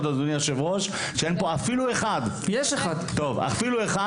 אדוני היושב-ראש, חבל לי מאוד שאין פה אפילו אחד.